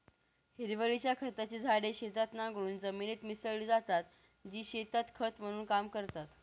हिरवळीच्या खताची झाडे शेतात नांगरून जमिनीत मिसळली जातात, जी शेतात खत म्हणून काम करतात